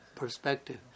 perspective